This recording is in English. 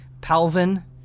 Palvin